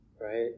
right